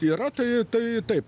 yra tai tai taip